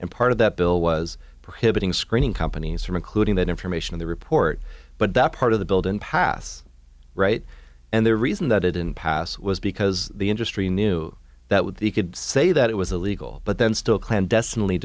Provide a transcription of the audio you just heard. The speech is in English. and part of that bill was prohibiting screening companies from including that information in the report but that part of the build and pass right and the reason that didn't pass was because the industry knew that with the you could say that it was illegal but then still clandestinely